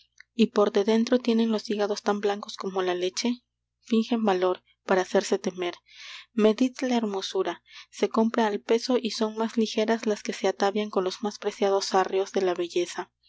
y por de dentro tienen los hígados tan blancos como la leche fingen valor para hacerse temer medid la hermosura se compra al peso y son más ligeras las que se atavian con los más preciados arreos de la belleza